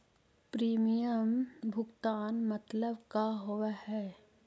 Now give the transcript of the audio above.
Premium भुगतान मतलब का होव हइ?